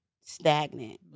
stagnant